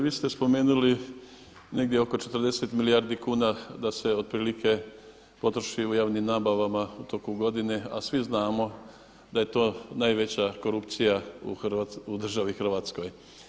Vi ste spomenuli negdje oko 40 milijardi kuna da se otprilike potroši u javnim nabavama u toku godine a svi znamo da je to najveća korupcija u državi Hrvatskoj.